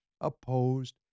opposed